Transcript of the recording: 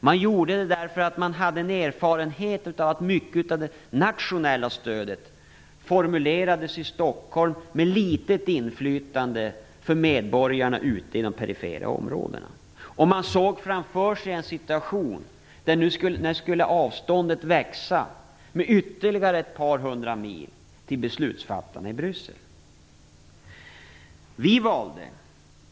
Man gjorde det därför att man hade en erfarenhet av att mycket av det nationella stödet formulerades i Stockholm, med litet inflytande för medborgarna ute i de perifera områdena. Man såg framför sig en situation där avståndet skulle växa med ytterligare ett par hundra mil till beslutsfattarna i Bryssel.